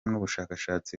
n’ubushakashatsi